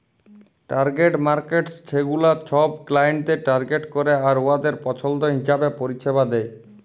target markets ছেগুলা ছব ক্লায়েন্টদের টার্গেট ক্যরে আর উয়াদের পছল্দ হিঁছাবে পরিছেবা দেয়